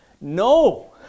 No